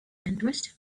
interest